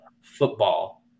football